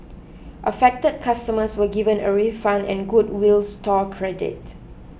affected customers were given a refund and goodwill store credit